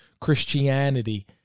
Christianity